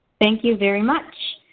thank you very much.